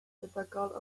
debygol